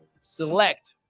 select